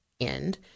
end